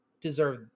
deserve